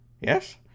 Yes